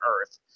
Earth